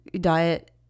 diet